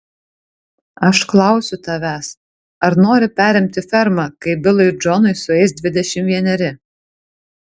aš klausiu tavęs ar nori perimti fermą kai bilui džonui sueis dvidešimt vieneri